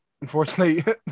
unfortunately